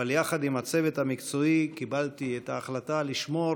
אבל יחד עם הצוות המקצועי קיבלתי את ההחלטה לשמור